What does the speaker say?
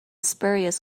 spurious